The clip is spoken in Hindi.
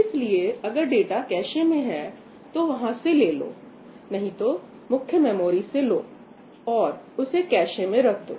इसलिए अगर डाटा कैशे में है तो वहां से ले लो नहीं तो मुख्य मेमोरी से लो और उसे कैशे में रख दो